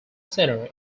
center